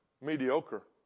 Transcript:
mediocre